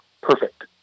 perfect